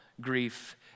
grief